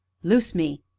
loose me!